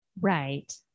Right